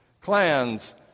Clans